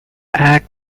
act